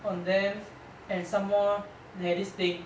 on them and some more they have this thing